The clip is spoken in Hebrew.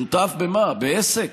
שותף במה, בעסק?